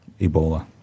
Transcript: Ebola